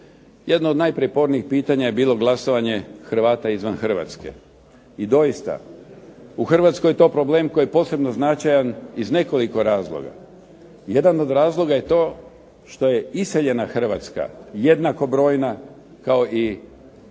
Jedno od najprjepornijih pitanja je bilo glasovanje Hrvata izvan Hrvatske. I doista je to u Hrvatskoj problem koji je posebno značajan iz nekoliko razloga. Jedan od razloga je to što je iseljena Hrvatska jednako brojna kao i broj